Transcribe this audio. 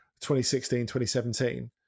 2016-2017